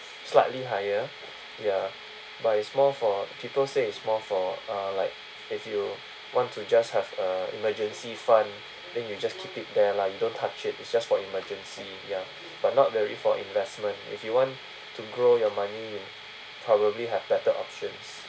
slightly higher ya but it's more for people say it's more for uh like if you want to just have a emergency fund then you just keep it there lah you don't touch it's just for emergency ya but not really for investment if you want to grow your money you probably have better options